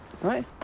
Right